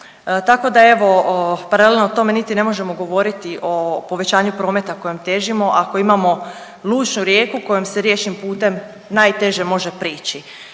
Tako da evo, paralelno o tome niti ne možemo govoriti o povećanju prometa kojem težimo ako imamo lučnu rijeku kojim se riječnim putem najteže može prići.